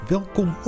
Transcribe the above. Welkom